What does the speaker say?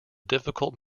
difficult